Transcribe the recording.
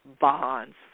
bonds